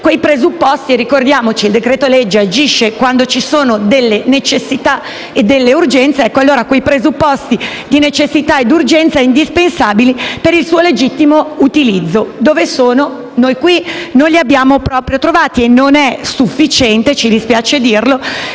quei presupposti - ricordiamo che il decreto-legge agisce quando ci sono delle necessità e delle urgenze - di necessità ed urgenza indispensabili per il suo legittimo utilizzo. Dove sono? Noi qui non li abbiamo proprio trovati e non è sufficiente, ci dispiace dirlo,